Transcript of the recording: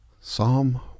Psalm